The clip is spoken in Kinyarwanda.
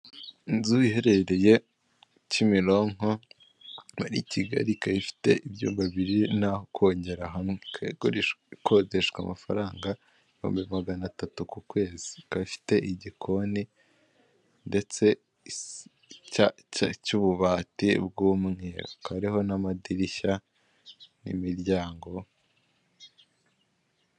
Inzu iherereye Kimironko muri Kigali ikaba ifite ibyumba biri n'aho kogera hamwe, ikaba ikodeshwa amafaranga ibihumbi maganatatu ku kwezi, ikaba ifite igikoni ndetse cy'ububati bw'umweru hakaba hariho n'amadirishya n'imiryango.